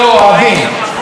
גברתי,